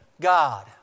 God